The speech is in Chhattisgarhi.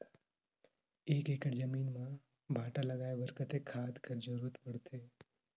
एक एकड़ जमीन म भांटा लगाय बर कतेक खाद कर जरूरत पड़थे?